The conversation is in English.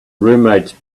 roommate’s